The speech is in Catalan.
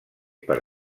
per